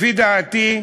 לפי דעתי,